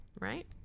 right